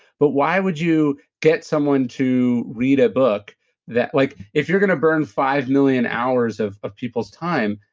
but why would you get someone to read a book that. like if you're going to burn five million hours of of people's time,